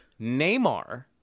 Neymar